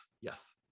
yes